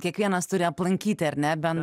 kiekvienas turi aplankyti ar ne bent